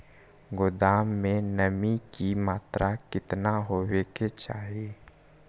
गोदाम मे नमी की मात्रा कितना होबे के चाही?